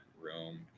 room